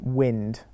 wind